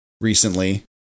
recently